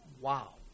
Wow